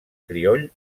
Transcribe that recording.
crioll